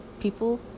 people